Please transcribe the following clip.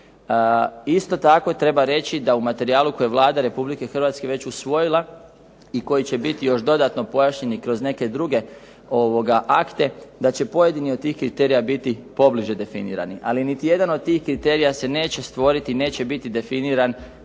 Isto tako treba reći da u materijalu koji je Vlada Republike Hrvatske već usvojila i koji će biti još dodatno pojašnjen i kroz neke druge akte da će pojedini od tih kriterija biti pobliže definirani. Ali niti jedan od tih kriterija se neće stvoriti i neće biti definiran